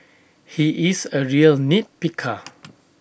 he is A real nit picker